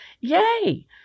yay